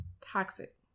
toxic